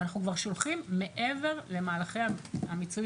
ואנחנו כבר שולחים מעבר למהלכי מיצוי